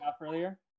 earlier